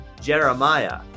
Jeremiah